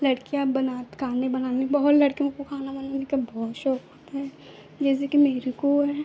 लड़कियाँ बना खाने बनाने बहुत लड़कियों को खाना बनाने का बहुत शौक होता है जैसे कि मेरे को है